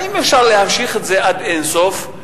האם אפשר להמשיך את זה עד אין סוף?